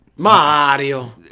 Mario